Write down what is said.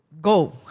go